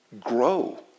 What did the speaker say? grow